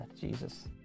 Jesus